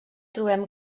trobem